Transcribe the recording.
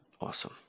Awesome